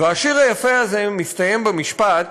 והשיר היפה הזה מסתיים במשפט: